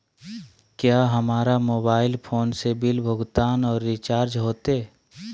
क्या हमारा mobile phone से बिल भुगतान और रिचार्ज होते?